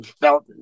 felt